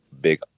big